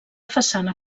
façana